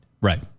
Right